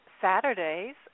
Saturdays